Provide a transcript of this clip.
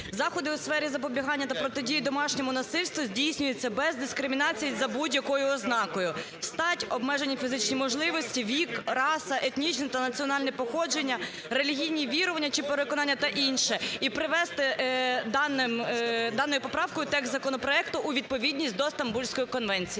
"Заходи у сфері запобігання та протидії домашньому насильству здійснюються без дискримінації за будь-якою ознакою: стать, обмежені фізичні можливості, вік, раса, етнічне та національне походження, релігійні вірування чи переконання та інше". І привести даною поправкою текст законопроекту у відповідність до Стамбульської конвенції.